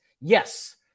Yes